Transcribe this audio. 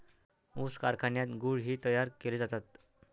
ऊस कारखान्यात गुळ ही तयार केले जातात